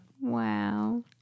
Wow